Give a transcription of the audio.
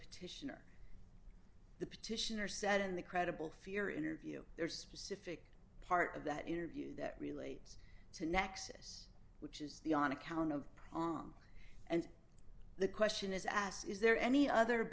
petitioner the petitioner said in the credible fear interview there's specific part of that interview that relates to nexus which is the on account of prong and the question is asked is there any other